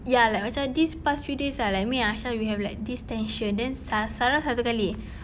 ya like macam these past few days ah like me and aisha we have like this tension then sa~ sarah satu kali